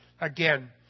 again